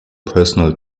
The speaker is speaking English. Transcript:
personal